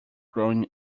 growing